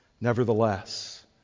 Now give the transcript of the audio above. Nevertheless